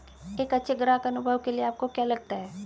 एक अच्छे ग्राहक अनुभव के लिए आपको क्या लगता है?